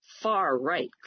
far-right